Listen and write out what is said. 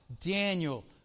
Daniel